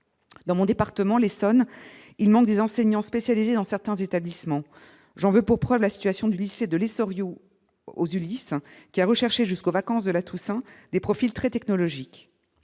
dans mon département, l'Essonne, il manque des enseignants spécialisés dans certains établissements, j'en veux pour preuve la situation du lycée de l'essor You aux Ulis qui a recherché jusqu'aux vacances de la Toussaint, des profils très technologique,